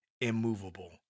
immovable